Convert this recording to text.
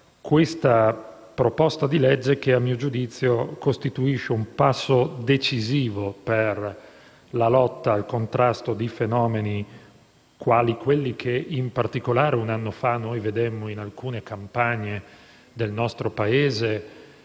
questo disegno di legge che, a mio giudizio, costituisce un passo decisivo nella lotta al contrasto di fenomeni quali quelli che, in particolare un anno fa, vedemmo in alcune campagne del nostro Paese,